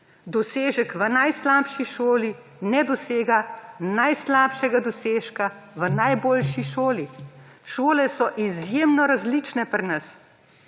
dosežek v najslabši šoli ne dosega najslabšega dosežka v najboljši šoli. Šole so izjemno različne pri nas,